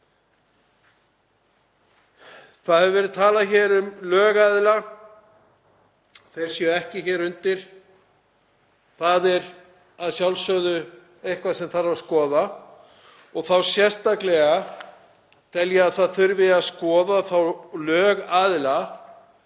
Það hefur verið talað um að lögaðilar séu ekki hér undir. Það er að sjálfsögðu eitthvað sem þarf að skoða og sérstaklega tel ég að það þurfi að skoða þá lögaðila